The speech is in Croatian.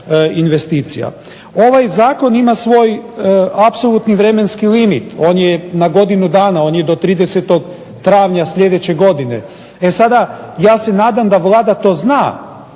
Ovaj zakon ima svoj apsolutni vremenski limit. On je na godinu dana. On je do 30. travnja sljedeće godine. E sada, ja se nadam da Vlada to zna,